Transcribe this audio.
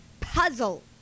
puzzle